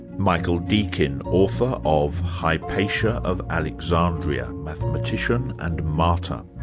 michael deakin, author of hypatia of alexandria mathematician and martyr.